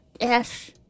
Yes